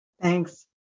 Thanks